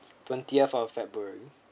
twentieth of february